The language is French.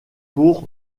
pour